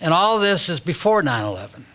and all this is before nine eleven